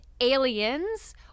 Aliens